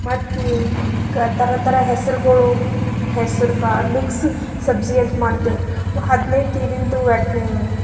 ಮತ್ತು ಥರ ಥರ ಹೆಸ್ರುಗಳು ಹೆಸ್ರು ಕಾಳು ಮಿಕ್ಸ್ ಸಬ್ಜಿ ಅಂತ ಮಾಡ್ತೇವೆ ಹದಿನೈದು